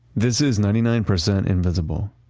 this is ninety nine percent invisible.